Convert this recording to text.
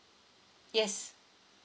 yes